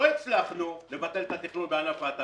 לא הצלחנו לבטל את התכנון בענף ההטלה,